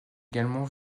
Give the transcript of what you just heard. également